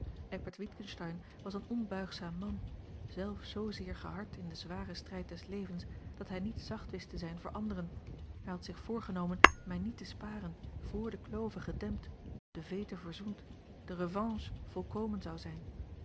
eckbert witgensteyn was een onbuigzaam man zelf zoozeer gehard in den zwaren strijd des levens dat hij niet zacht wist te zijn voor anderen hij had zich voorgenomen mij niet te sparen vr de klove gedempt de veete verzoend de revanche volkomen zou zijn